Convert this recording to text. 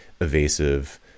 evasive